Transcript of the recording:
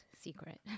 secret